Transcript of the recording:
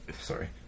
Sorry